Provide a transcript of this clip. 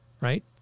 right